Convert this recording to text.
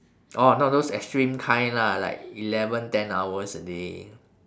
oh not those extreme kind lah like eleven ten hours a day